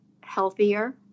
healthier